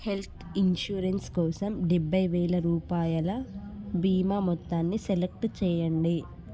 health insurance కోసం డెబ్బై వేల రూపాయల బీమా మొత్తాన్ని సెలెక్ట్ చేయండి